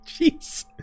jeez